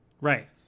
Right